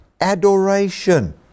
adoration